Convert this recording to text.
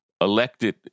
elected